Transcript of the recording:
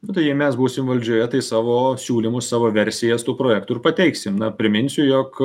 nu tai jei mes būsim valdžioje tai savo siūlymus savo versijas tų projektų ir pateiksim na priminsiu jog